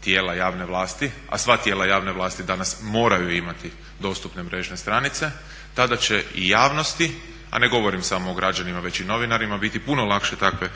tijela javne vlasti, a sva tijela javne vlasti danas moraju imati dostupne mrežne stranice, tada će i javnosti, a ne govorim samo o građanima već i novinarima biti puno lakše takve